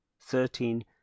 thirteen